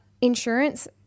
insurance